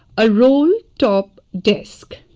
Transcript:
ah rowland top dates